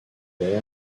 beer